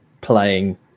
playing